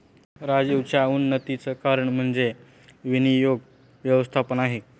राजीवच्या उन्नतीचं कारण म्हणजे विनियोग व्यवस्थापन आहे